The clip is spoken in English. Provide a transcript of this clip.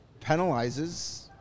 penalizes